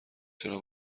چرا